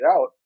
out